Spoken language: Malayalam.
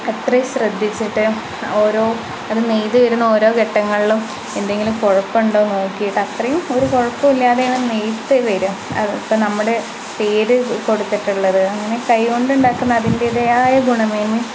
അത്രയും ശ്രദ്ധിച്ചിട്ട് ഓരോ അത് നെയ്തുവരുന്ന ഓരോ ഘട്ടങ്ങളിലും എന്തെങ്കിലും കുഴപ്പം ഉണ്ടോയെന്ന് നോക്കിയിട്ട് അത്രയും ഒരു കുഴപ്പമില്ലാതെ നെയ്തു വരിക ഇപ്പം നമ്മുടെ പേര് കൊടുത്തിട്ടുള്ളത് അങ്ങനെ കൈ കൊണ്ട് ഉണ്ടാക്കുന്ന അതിൻ്റേതായ ഗുണമേന്മയും